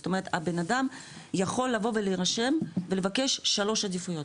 זאת אומרת הבנאדם יכול לבוא ולהירשם ולבקש שלוש עדיפויות,